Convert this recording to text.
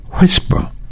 whisper